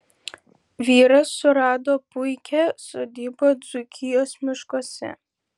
vyras surado puikią sodybą dzūkijos miškuose